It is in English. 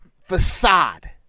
facade